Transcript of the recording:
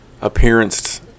appearance